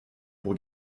pour